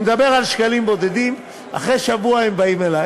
אני מדבר על שקלים בודדים, אחרי שבוע הם באים אלי